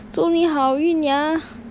祝你好运 ya